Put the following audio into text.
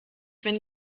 wenn